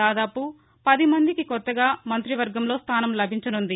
దాదాపు పది మందికి కొత్తగా మంతి వర్గంలో స్థానం లభించనుంది